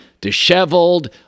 disheveled